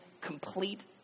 complete